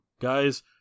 Guys